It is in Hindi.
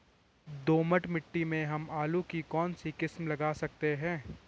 दोमट मिट्टी में हम आलू की कौन सी किस्म लगा सकते हैं?